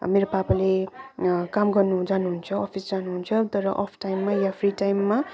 मेरो पापाले काम गर्नु जानु हुन्छ अफिस जानुहुन्छ तर अफ टाइममा या फ्री टाइममा